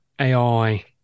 AI